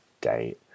date